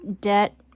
debt